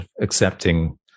accepting